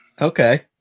Okay